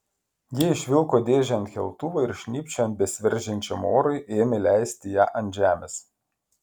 jie išvilko dėžę ant keltuvo ir šnypščiant besiveržiančiam orui ėmė leisti ją ant žemės